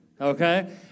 okay